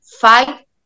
fight